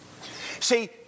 See